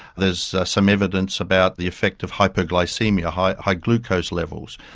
there's some evidence about the effect of hypoglycaemia, high high glucose levels,